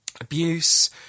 abuse